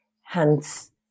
Hence